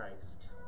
Christ